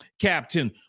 Captain